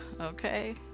Okay